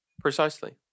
Precisely